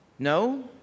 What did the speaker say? No